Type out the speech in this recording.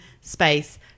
space